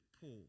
Paul